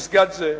פסגת-זאב,